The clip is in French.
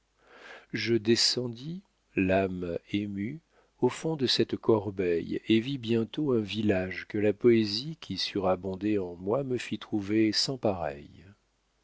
je descendis l'âme émue au fond de cette corbeille et vis bientôt un village que la poésie qui surabondait en moi me fit trouver sans pareil